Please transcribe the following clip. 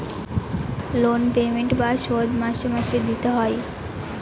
loan payment বা শোধ মাসে মাসে দিতে হয়